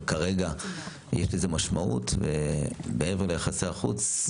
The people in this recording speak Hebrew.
אבל כרגע יש לזה משמעות ומעבר ליחסי החוץ,